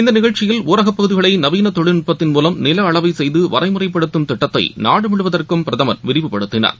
இந்தநிகழ்ச்சியில் ஊரகபகுதிகளைநவீனதொழில்நுட்பத்தின் மூலம் நிலஅளவைசெய்துவரைமுறைப்படுத்தும் திட்டத்தைநாடுமுழுவதற்கும் பிரதமர் விரிவுபடுத்தினார்